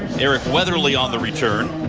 eric weatherly on the return.